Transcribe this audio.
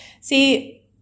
See